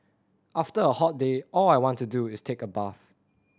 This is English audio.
after a hot day all I want to do is take a bath